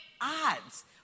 odds